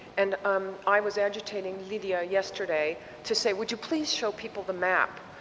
and um i was agitating lydia yesterday to say, would you please show people the map.